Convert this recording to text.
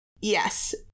Yes